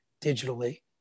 digitally